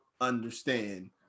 understand